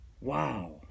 wow